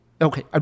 Okay